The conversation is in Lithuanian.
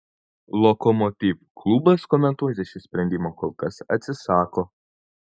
lokomotiv klubas komentuoti šį sprendimą kol kas atsisako